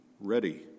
ready